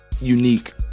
unique